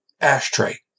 Ashtray